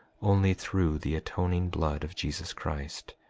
only through the atoning blood of jesus christ,